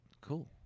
Cool